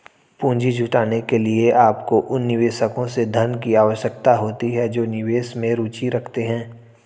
पूंजी जुटाने के लिए, आपको उन निवेशकों से धन की आवश्यकता होती है जो निवेश में रुचि रखते हैं